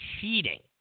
cheating